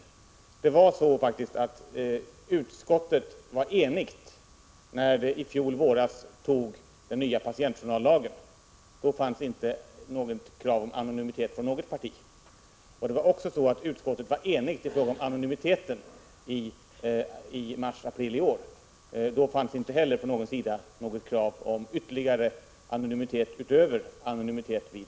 Utskottet var faktiskt enigt när det i fjol våras behandlade den nya patientjournallagen. Då fanns det inte krav på anonymitet från något parti. Utskottet var också enigt i fråga om anonymiteten i mars i år. Inte heller då framfördes från någon sida krav på ytterligare anonymitet utöver anonymitet vid testning.